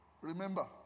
Remember